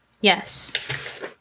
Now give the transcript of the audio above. Yes